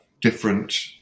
different